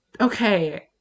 Okay